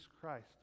Christ